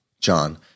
john